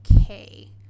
okay